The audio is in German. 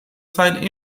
zeit